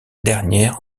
dernière